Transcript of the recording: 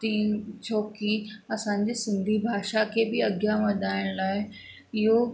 तीअं छोकी असांजे सिंधी भाषा खे बि अॻियां वधाइण लाइ इहो